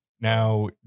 Now